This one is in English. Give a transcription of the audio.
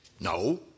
no